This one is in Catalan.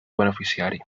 beneficiari